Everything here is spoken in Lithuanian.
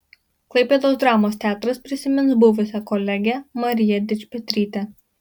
klaipėdos dramos teatras prisimins buvusią kolegę mariją dičpetrytę